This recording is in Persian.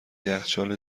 یخچال